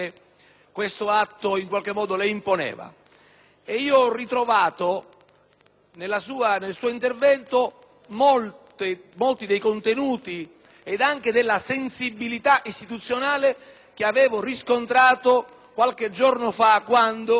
nel suo intervento molti dei contenuti e della sensibilità istituzionale che avevo riscontrato qualche giorno fa, quando lei aveva inteso incontrarci per cominciare ad anticipare